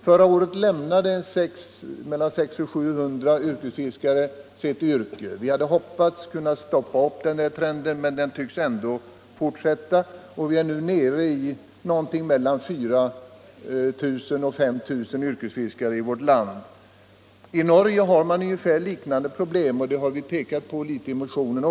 Förra året lämnade mellan 600 och 700 personer yrkesfisket. Vi hade hoppats kunna stoppa denna trend, men den tycks ändå fortsätta, och Nr 84 antalet yrkesfiskare i vårt land är nu nere i någonting mellan 4 000 och 5 000. I Norge har man ungefär liknande problem, och det har vi i någon mån också pekat på i motionen.